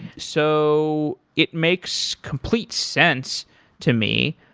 so it makes complete sense to me.